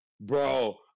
bro